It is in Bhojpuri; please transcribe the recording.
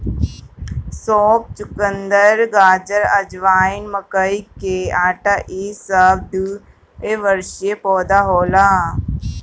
सौंफ, चुकंदर, गाजर, अजवाइन, मकई के आटा इ सब द्विवर्षी पौधा होला